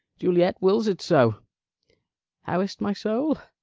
juliet wills it so how is't, my soul?